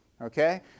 okay